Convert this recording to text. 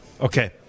Okay